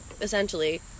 essentially